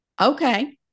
okay